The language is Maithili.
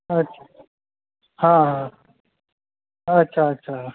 अच्छा हँ हँ अच्छा अच्छा